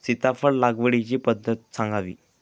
सीताफळ लागवडीची पद्धत सांगावी?